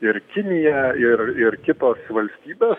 ir kiniją ir ir kitos valstybės